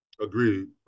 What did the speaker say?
Agreed